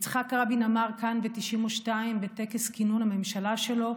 יצחק רבין אמר כאן ב-1992, בטקס כינון הממשלה שלו: